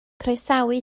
croesawu